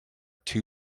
two